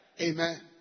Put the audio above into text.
Amen